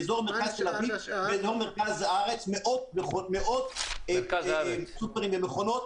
באזור מרכז הארץ מאות סופרמרקטים ומכונות.